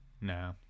Nah